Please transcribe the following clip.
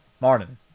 Martin